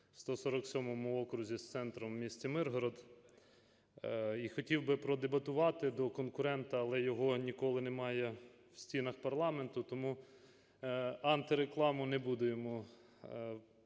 в 147 окрузі з центром в місті Миргород. І хотів би продебатувати до конкурента, але його ніколи немає в стінах парламенту. Тому антирекламу не буду йому,